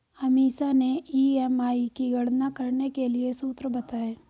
अमीषा ने ई.एम.आई की गणना करने के लिए सूत्र बताए